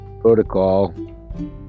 protocol